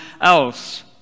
else